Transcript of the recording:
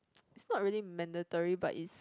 is not really mandatory but is